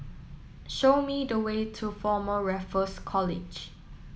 show me the way to Former Raffles College